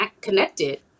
connected